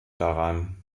daran